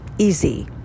easy